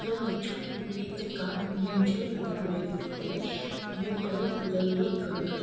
எண்கள் மற்றும் புதுப்பித்தலுக்கான மின் அஞ்சல் அறிவுரை அமைப்புகளை அமைப்பதில் உதவியை கேளுங்க